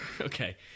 Okay